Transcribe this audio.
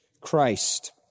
Christ